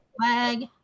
flag